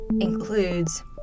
includes